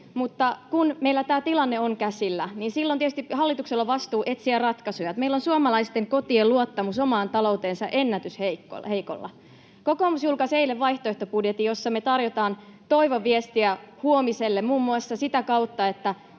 — kun meillä tämä tilanne on käsillä, silloin tietysti hallituksella on vastuu etsiä ratkaisuja. Meillä on suomalaisten kotien luottamus omaan talouteensa ennätysheikolla. Kokoomus julkaisi eilen vaihtoehtobudjetin, jossa me tarjotaan toivon viestiä huomiselle muun muassa sitä kautta, että